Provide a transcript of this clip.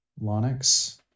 Lonix